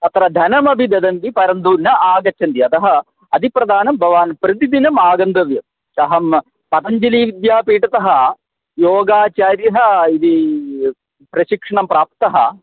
अत्र धनमपि ददाति परन्तु न आगच्छन्ति अतः अतिप्रधानं भवान् प्रतिदिनम् आगन्तव्यम् अहं पतञ्जलिविद्यापीठतः योगाचार्यः इति प्रशिक्षणं प्राप्तः